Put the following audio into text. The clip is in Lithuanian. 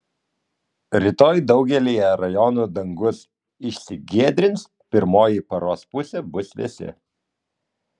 rytoj daugelyje rajonų dangus išsigiedrins pirmoji paros pusė bus vėsi